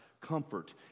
comfort